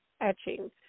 etching